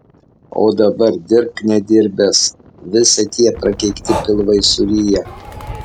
o dabar dirbk nedirbęs visa tie prakeikti pilvai suryja